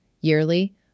yearly